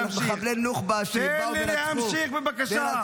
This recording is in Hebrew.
מחבלי נוח'בה שבאו ורצחו -- תן לי להמשיך, בבקשה.